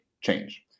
change